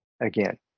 again